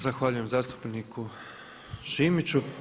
Zahvaljujem zastupniku Šimiću.